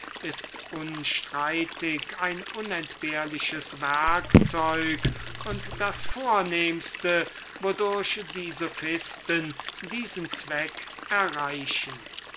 ist unstreitig ein unentbehrliches werkzeug und das vornehmste wodurch die sophisten diesen zweck erreichen